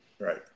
Right